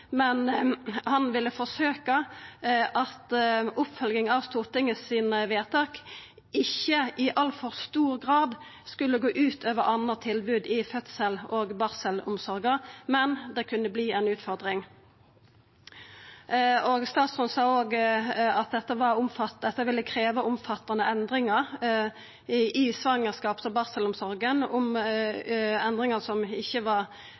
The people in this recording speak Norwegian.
men: Han ville forsøka at ei oppfølging av Stortinget sine vedtak ikkje i altfor stor grad skulle gå ut over andre tilbod i fødsels- og barselomsorga, men at det kunne verta ei utfordring. Statsråden sa òg at dette ville krevja omfattande endringar i svangerskaps- og barselomsorga, endringar som etter hans syn ikkje var